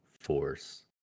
force